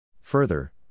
Further